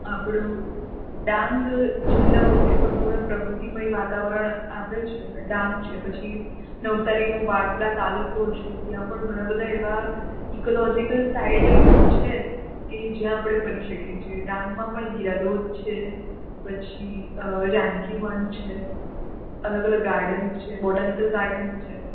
આપણું ડાંગ જિલ્લો એ સંપૂર્ણ પ્રકૃતિમય વાતાવરણ આપે છે ડાંગ છે પછી નવસારીનું વાંસદા તાલુકો છે ત્યાં પણ ઘણાં બધા એવા ઇકોલોજીકલ સાઈડ છે કે જ્યાં આપણે ફરી શકીએ છીએ ડાંગમાં પણ ગિરા ધોધ છે પછી જાનકી વન છે અલગ અલગ ગાર્ડન છે બોટાનિકલ ગાર્ડન્સ છે